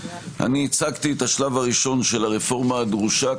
אני הצגתי את הצעד הראשון ברפורמה הדרושה,